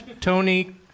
Tony